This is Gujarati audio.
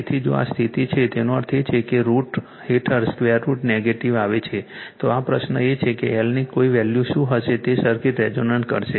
તેથી જો આ સ્થિતિ છે તેનો અર્થ એ છે કે √ હેઠળ 2 √ નેગેટિવ આવે છે તો આ પ્રશ્ન એ છે કે L ની કોઈ વેલ્યૂ શું હશે જે સર્કિટને રેઝોનન્સ કરશે